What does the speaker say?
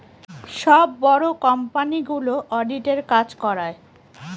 সব বড়ো কোম্পানিগুলো অডিটের কাজ করায়